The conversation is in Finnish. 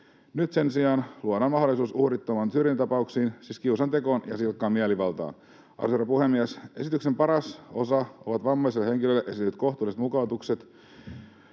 Nyt sen sijaan luodaan mahdollisuus uhrittomiin syrjintätapauksiin, siis kiusantekoon ja silkkaan mielivaltaan. Arvoisa herra puhemies! Esityksen paras osa on vammaisille henkilöille esitetyt kohtuulliset mukautukset,